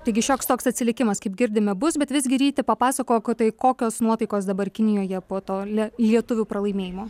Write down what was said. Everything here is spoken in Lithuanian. taigi šioks toks atsilikimas kaip girdime bus bet visgi ryti papasakok o tai kokios nuotaikos dabar kinijoje po to lie lietuvių pralaimėjimo